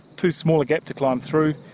too small a gap to climb through,